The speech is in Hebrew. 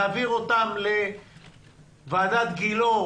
להעביר אותם לוועדת גילאור,